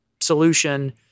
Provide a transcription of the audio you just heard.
solution